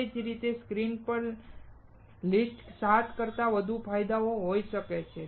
તે જ રીતે સ્ક્રીન પર લિસ્ટેડ 7 કરતાં વધુ ફાયદા હોઈ શકે છે